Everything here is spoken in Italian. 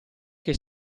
che